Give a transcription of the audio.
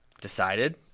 decided